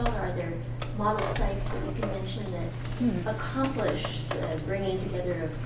are there model sites that you can mention that accomplish the bringing together